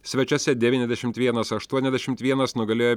svečiuose devyniasdešimt vienas aštuoniasdešimt vienas nugalėjo